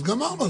אז גמרנו,